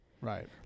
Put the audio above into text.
Right